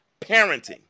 parenting